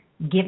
give